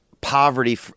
poverty